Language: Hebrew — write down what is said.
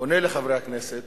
פונה לחברי הכנסת